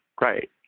right